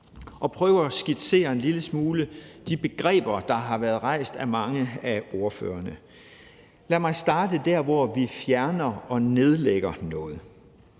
at prøve at skitsere en lille smule de begreber, der har været rejst af mange af ordførerne. Lad mig starte der, hvor vi fjerner og nedlægger noget: